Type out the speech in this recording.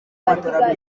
matola